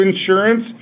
insurance